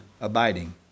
abiding